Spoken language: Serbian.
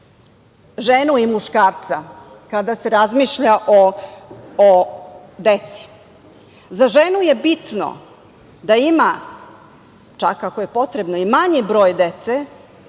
ženu i muškarca kada se razmišlja o deci? Za ženu je bitno da ima, čak ako je potrebno i manji broj dece,